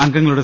അംഗങ്ങളുടെ